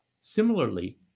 Similarly